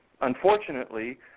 unfortunately